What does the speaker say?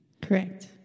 Correct